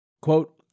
Quote